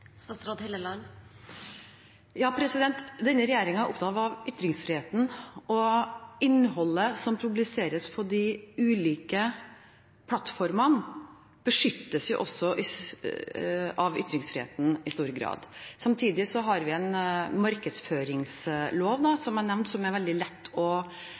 Denne regjeringen er opptatt av ytringsfriheten. Innholdet som publiseres på de ulike plattformene, beskyttes også av ytringsfriheten i stor grad. Samtidig har vi en markedsføringslov, som jeg nevnte, som er veldig lett å